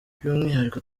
by’umwihariko